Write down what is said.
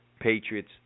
Patriots